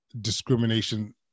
discrimination